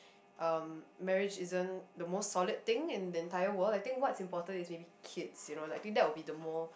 um marriage isn't the most solid thing in the entire world I think what's important is maybe kids you know I think that will be the more